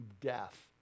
death